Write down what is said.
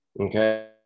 okay